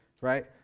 right